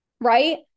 Right